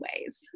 ways